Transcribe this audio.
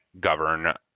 govern